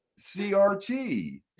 CRT